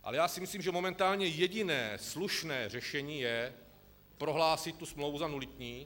Ale já si myslím, že momentálně jediné slušné řešení je, prohlásit tu smlouvu za nulitní.